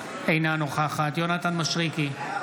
אינה נוכחת יונתן מישרקי,